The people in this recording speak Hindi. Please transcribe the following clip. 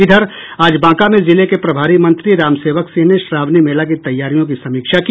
इधर आज बांका में जिले के प्रभारी मंत्री रामसेवक सिंह ने श्रावणी मेला की तैयारियों की समीक्षा की